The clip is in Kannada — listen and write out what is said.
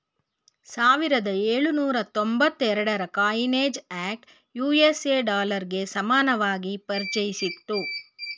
ಸಾವಿರದ ಎಳುನೂರ ತೊಂಬತ್ತ ಎರಡುರ ಕಾಯಿನೇಜ್ ಆಕ್ಟ್ ಯು.ಎಸ್.ಎ ಡಾಲರ್ಗೆ ಸಮಾನವಾಗಿ ಪರಿಚಯಿಸಿತ್ತು